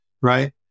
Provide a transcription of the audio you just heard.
Right